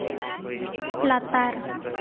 ᱞᱟᱛᱟᱨ